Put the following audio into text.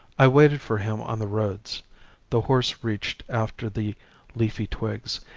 i waited for him on the roads the horse reached after the leafy twigs,